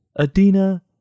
Adina